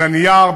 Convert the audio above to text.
על הנייר.